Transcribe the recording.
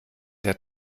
der